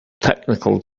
technical